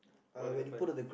what happen